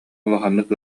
улаханнык